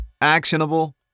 Actionable